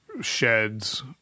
sheds